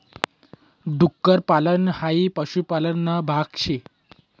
डुक्कर पालन हाई पशुपालन ना भाग शे